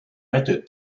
united